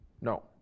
no